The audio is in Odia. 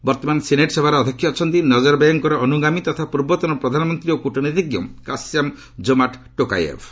ବର୍ତ୍ତମାନ ସିନେଟ୍ ସଭାର ଅଧ୍ୟକ୍ଷ ଅଛନ୍ତି ନଜରବେୟଭ୍ଙ୍କର ଅନୁଗାମୀ ତଥା ପୂର୍ବତନ ପ୍ରଧାନମନ୍ତ୍ରୀ ଓ କ୍ରିଟନୀତିଜ୍ଞ କାଶ୍ୟାମ୍ ଜୋମାଟ୍ ଟୋକାୟେଭ୍